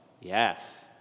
Yes